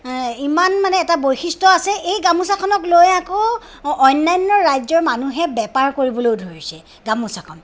ইমান এটা বৈশিষ্ট্য আছে এই গামোচাখনক লৈ আকৌ অন্যান্য় ৰাজ্যৰ মানুহে বেপাৰ কৰিবলৈ ধৰিছে গামোচাখন